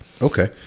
Okay